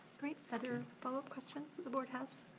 great, other follow-up questions the board has?